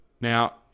Now